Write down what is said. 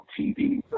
TV